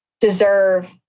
deserve